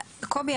קובי,